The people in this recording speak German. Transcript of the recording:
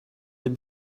dem